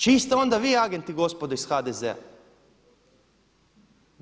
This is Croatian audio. Čiji ste onda vi agent gospodo iz HDZ-a.